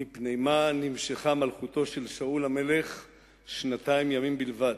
מפני מה נמשכה מלכותו של שאול המלך שנתיים ימים בלבד?